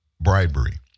Bribery